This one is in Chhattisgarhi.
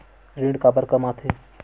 ऋण काबर कम आथे?